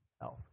health